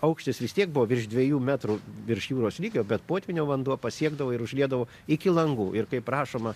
aukštis vis tiek buvo virš dviejų metrų virš jūros lygio bet potvynio vanduo pasiekdavo ir užliedavo iki langų ir kaip rašoma